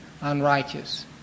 unrighteous